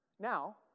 now